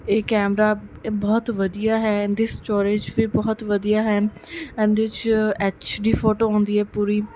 ਇਹ ਕੈਮਰਾ ਬਹੁਤ ਵਧੀਆ ਹੈ ਇਹਦੀ ਸਟੋਰੇਜ ਵੀ ਬਹੁਤ ਵਧੀਆ ਹੈ ਇਹਦੇ ਵਿਚ ਐਚ ਡੀ ਫੋਟੋ ਆਉਂਦੀ ਹੈ ਪੂਰੀ